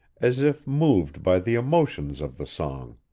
as if moved by the emotions of the song.